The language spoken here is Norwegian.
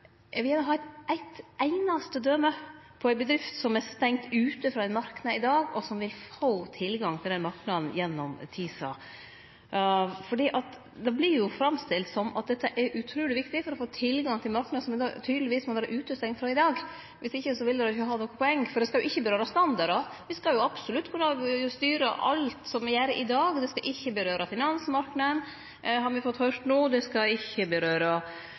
einaste døme på ei bedrift som er stengd ute frå ein marknad i dag, og som vil få tilgang til den marknaden gjennom TISA. Det vert jo framstilt som om dette er utruleg viktig for å få tilgang til ein marknad som ein tydelegvis må vere utestengd frå i dag. Dersom ikkje vil det ikkje vere noko poeng, for det skal jo ikkje røre ved standardar, vi skal jo absolutt kunne styre alt som me gjer det i dag. Det skal ikkje røre ved finansmarknaden, har me fått høyre no, det skal ikkje vere felles regelverk, det skal ikkje